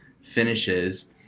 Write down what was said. finishes